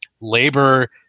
Labor